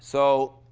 so,